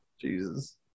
Jesus